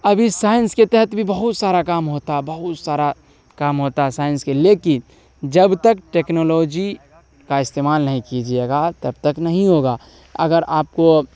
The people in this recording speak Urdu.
ابھی سائنس کے تحت بہت سارا کام ہوتا بہت سارا کام ہوتا ہے سائنس کے لیکن جب تک ٹیکنالوجی کا استعمال نہیں کیجیے گا تب تک نہیں ہوگا اگر آپ کو